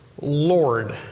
Lord